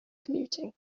commuting